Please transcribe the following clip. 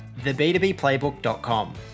theb2bplaybook.com